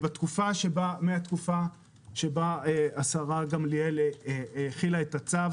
בתקופה שבה השרה גמליאל החילה את הצו